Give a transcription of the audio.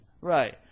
Right